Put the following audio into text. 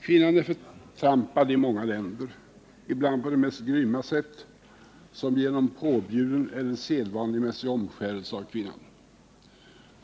Kvinnan är förtrampad i många länder, ibland på det mest grymma sätt som genom påbjuden eller sedvanlig omskärelse.